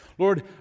Lord